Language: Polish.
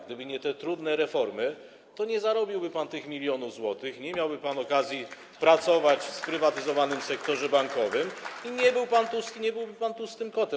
Gdyby nie te trudne reformy, to nie zarobiłby pan tych milionów złotych, nie miałby pan okazji pracować w sprywatyzowanym sektorze bankowym i nie byłby pan tłustym kotem.